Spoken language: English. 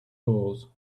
doors